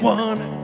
one